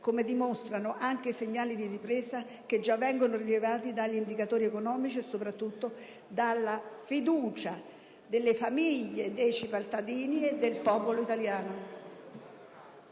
come dimostrano anche i segnali di ripresa che già vengono rilevati dagli indicatori economici e, soprattutto, dalla fiducia delle famiglie, dei cittadini e del popolo italiano.